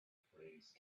phrase